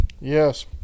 Yes